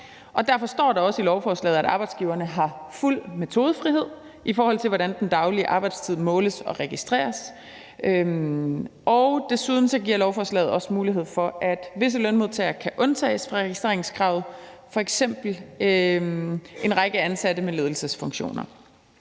derfor står der også i lovforslaget, at arbejdsgiverne har fuld metodefrihed, i forhold til hvordan den daglige arbejdstid måles og registreres. Desuden giver lovforslaget også mulighed for, at visse lønmodtagere kan undtages fra registreringskravet, f.eks. en række ansatte med ledelsesfunktioner.